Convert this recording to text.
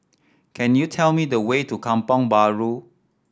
can you tell me the way to Kampong Bahru